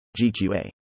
GQA